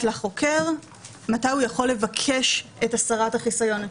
לחוקר מתי הוא יכול לבקש את הסרת החיסיון,